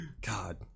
god